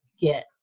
get